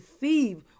receive